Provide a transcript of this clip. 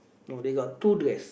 no they got two dress